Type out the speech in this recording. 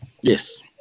Yes